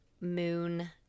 moon